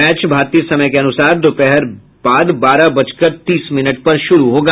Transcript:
match भारतीय समयानुसार दोपहर बाद बारह बजकर तीस मिनट पर शुरू होगा